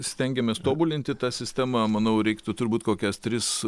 stengiamės tobulinti tą sistemą manau reiktų turbūt kokias tris